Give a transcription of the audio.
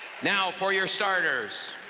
now for your starters,